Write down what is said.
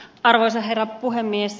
arvoisa herra puhemies